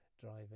driving